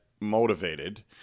motivated